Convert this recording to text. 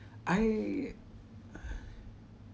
I